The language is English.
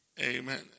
Amen